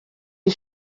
die